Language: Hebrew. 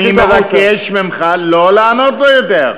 אני מבקש ממך לא לענות לו יותר.